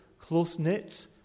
close-knit